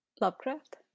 Lovecraft